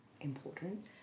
important